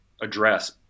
address